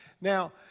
Now